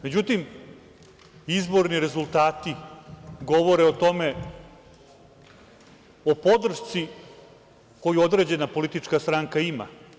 Međutim, izborni rezultati govore o podršci koju određena politička stranka ima.